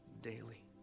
daily